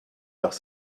leurs